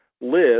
live